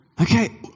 okay